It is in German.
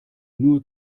nur